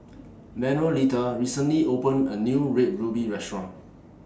Manuelita recently opened A New Red Ruby Restaurant